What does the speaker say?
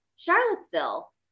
Charlottesville